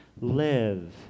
live